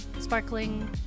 sparkling